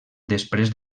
després